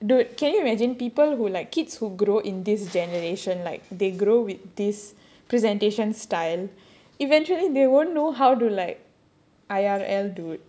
ya dude can you imagine people who like kids who grow in this generation like they grow with this presentation style eventually they won't know how to like I_R_L dude